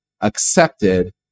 accepted